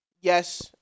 Yes